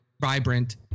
vibrant